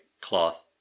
cloth